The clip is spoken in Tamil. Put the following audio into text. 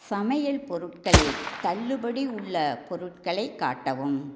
சமையல் பொருட்களில் தள்ளுபடி உள்ள பொருட்களை காட்டவும்